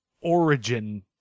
origin